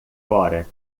fora